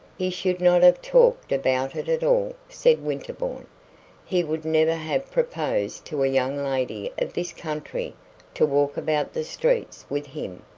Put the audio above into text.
he should not have talked about it at all, said winterbourne he would never have proposed to a young lady of this country to walk about the streets with him.